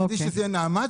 מצדי שזה יהיה נעמת,